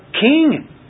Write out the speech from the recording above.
king